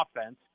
offense